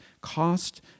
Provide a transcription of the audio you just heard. cost